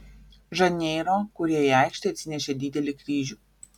žaneiro kurie į aikštę atsinešė didelį kryžių